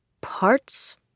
parts